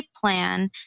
plan